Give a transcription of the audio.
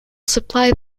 supply